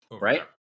right